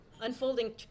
unfolding